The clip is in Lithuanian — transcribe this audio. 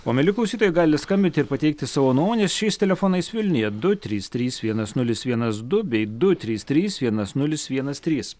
o mieli klausytojai galit skambinti ir pateikti savo nuomonės šiais telefonais vilniuje du trys trys vienas nulis vienas du bei du trys trys vienas nulis vienas trys